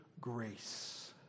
grace